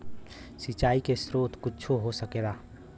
सिंचाइ के स्रोत कुच्छो हो सकेला